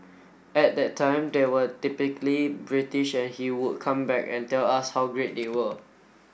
at that time they were typically British and he would come back and tell us how great they were